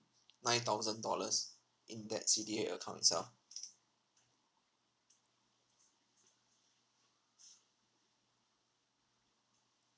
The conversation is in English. nine thousand dollars in that C_D_A account itself